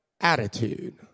attitude